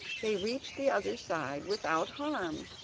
they reached the other side without harm,